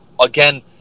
again